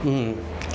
mm